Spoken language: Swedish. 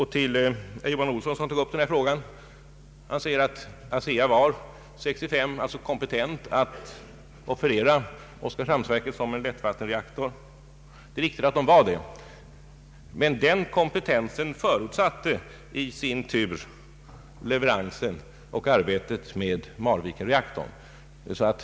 Herr Johan Olsson, som tog upp denna fråga, sade att ASEA var kompetent att offerera Oskarshamnsverket som en lättvattenreaktor redan 1965, alltså som det förefaller innan erfarenheterna av Marviken kunnat utnyttjas. Det är riktigt. Men den kompetensen förutsatte i sin tur leverantörsansvaret och arbetet med Marvikenreaktorn.